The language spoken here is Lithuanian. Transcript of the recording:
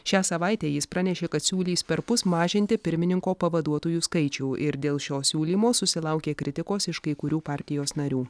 šią savaitę jis pranešė kad siūlys perpus mažinti pirmininko pavaduotojų skaičių ir dėl šio siūlymo susilaukė kritikos iš kai kurių partijos narių